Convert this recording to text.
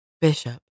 Bishop